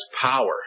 power